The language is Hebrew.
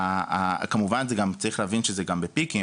כמובן, צריך להבין שזה גם בפיקים.